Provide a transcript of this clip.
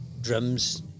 drums